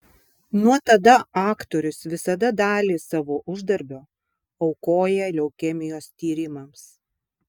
nuo tada aktorius visada dalį savo uždarbio aukoja leukemijos tyrimams